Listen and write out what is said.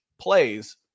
plays